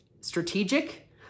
Strategic